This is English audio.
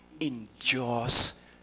endures